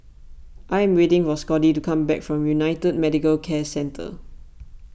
I am waiting for Scottie to come back from United Medicare Centre